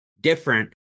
different